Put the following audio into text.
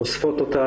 חושפות אותה,